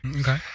Okay